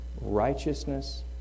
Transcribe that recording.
Righteousness